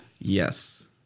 Yes